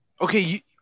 Okay